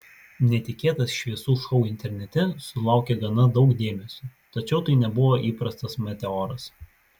netikėtas šviesų šou internete sulaukė gana daug dėmesio tačiau tai nebuvo įprastas meteoras